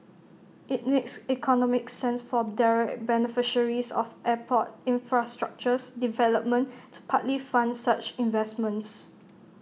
IT makes economic sense for direct beneficiaries of airport infrastructures development to partly fund such investments